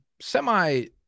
semi